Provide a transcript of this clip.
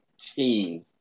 team